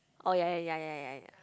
oh ya ya ya ya ya ya